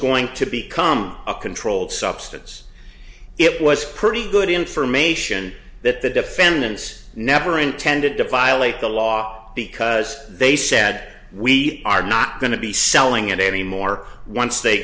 going to become a controlled substance it was pretty good information that the defendants never intended to violate the law because they said we are not going to be selling it anymore once they